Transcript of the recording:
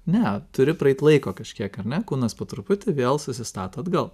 ne turi praeit laiko kažkiek ar ne kūnas po truputį vėl susistato atgal